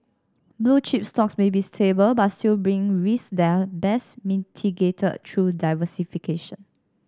blue chip stocks may be stable but still brings risks that are best mitigated through diversification